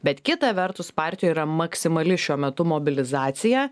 bet kita vertus partijoj yra maksimali šiuo metu mobilizacija